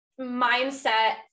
mindset